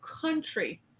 country